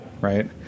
right